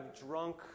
drunk